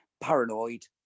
paranoid